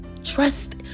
Trust